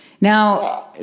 Now